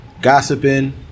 Gossiping